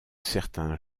certains